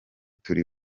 turi